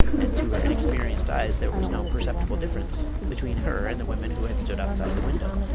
and to her inexperienced eyes there was no perceptible difference between her and the women who had stood outside the window.